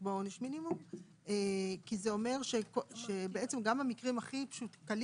כי לקבוע עונש מינימום זה אומר שבעצם גם במקרים הכי קלים